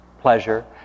pleasure